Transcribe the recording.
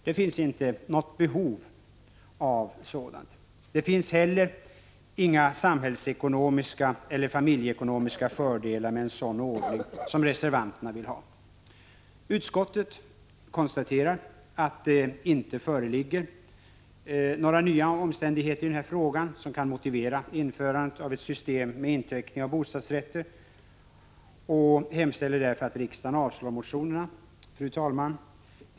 Det finns inte något behov av något sådant. Det finns inte heller några samhällsekonomiska eller familje ekonomiska fördelar med en sådan ordning som reservanterna vill ha. Utskottsmajoriteten konstaterar att det inte föreligger några nya omständigheter i den här frågan som kan motivera införandet av ett system med inteckning av bostadsrätter och hemställer därför att riksdagen avslår reservationen. Fru talman!